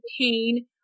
pain